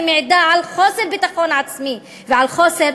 היא מעידה על חוסר ביטחון עצמי ועל חוסר